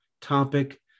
topic